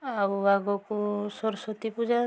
ଆଉ ଆଗକୁ ସରସ୍ଵତୀ ପୂଜା